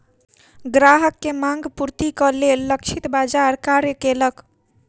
ग्राहक के मांग पूर्तिक लेल लक्षित बाजार कार्य केलक